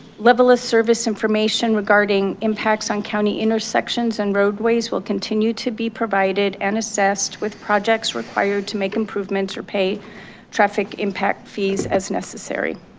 level of service information regarding impacts on county intersections and roadways will continue to be provided and assessed with projects required to make improvements or pay traffic impact fees as necessary.